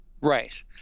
Right